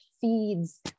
feeds